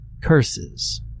curses